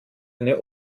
eine